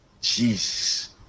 Jesus